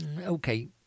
okay